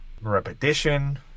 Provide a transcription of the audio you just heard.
repetition